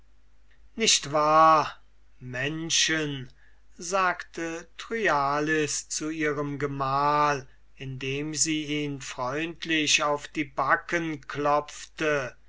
nicht wahr männchen sagte thryallis zu ihrem gemahl indem sie ihn freundlich auf die backen klopfte